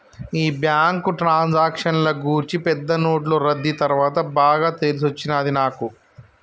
ఈ బ్యాంకు ట్రాన్సాక్షన్ల గూర్చి పెద్ద నోట్లు రద్దీ తర్వాత బాగా తెలిసొచ్చినది నాకు